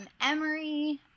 Emory